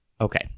Okay